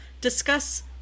discuss